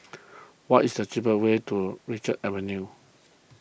what is the cheapest way to Richards Avenue